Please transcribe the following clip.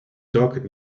dog